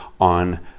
on